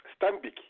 Stambik